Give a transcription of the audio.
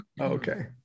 Okay